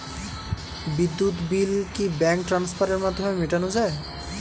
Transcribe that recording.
বিদ্যুৎ বিল কি ব্যাঙ্ক ট্রান্সফারের মাধ্যমে মেটানো য়ায়?